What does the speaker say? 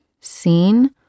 seen